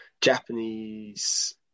Japanese